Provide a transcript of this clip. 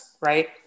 right